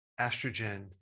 estrogen